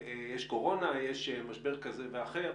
יש קורונה, יש משבר כזה ואחר,